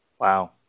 Wow